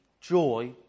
joy